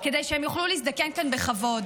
כדי שהם יוכלו להזדקן כאן בכבוד.